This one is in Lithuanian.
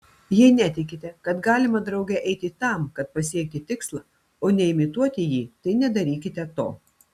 jei netikite kad galima drauge eiti tam kad pasiekti tikslą o ne imituoti jį tai nedarykite to